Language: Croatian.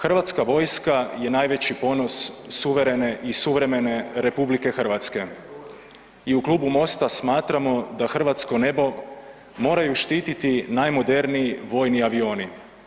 Hrvatska vojska je najveći ponos suverene i suvremene RH i u Klubu MOST-a smatramo da hrvatsko nebo moraju štiti najmoderniji vojni avioni.